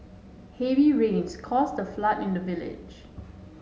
heavy rains caused a flood in the village